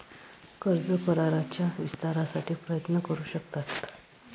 कर्ज कराराच्या विस्तारासाठी प्रयत्न करू शकतात